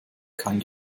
kein